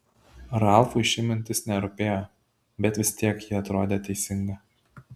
ralfui ši mintis nerūpėjo bet vis tiek ji atrodė teisinga